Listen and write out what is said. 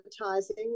advertising